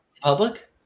Public